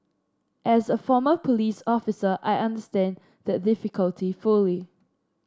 as a former police officer I understand that difficulty fully